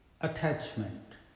Attachment